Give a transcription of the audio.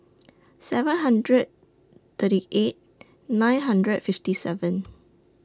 seven hundred thirty eight nine hundred fifty seven